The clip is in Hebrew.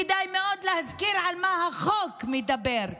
כדאי מאוד להזכיר על מה החוק מדבר,